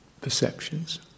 perceptions